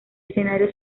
escenario